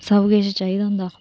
सब किश चाहिदा होंदा